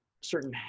certain